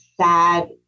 sad